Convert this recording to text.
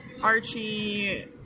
Archie